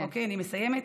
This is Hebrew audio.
אוקיי, אני מסיימת.